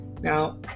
Now